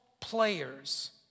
players